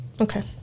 Okay